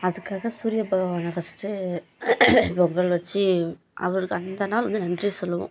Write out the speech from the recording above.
அதுக்காக சூரிய பகவானை ஃபஸ்ட்டு பொங்கல் வச்சு அவருக்கு அந்த நாள் வந்து நன்றி சொல்லுவோம்